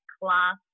class